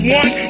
one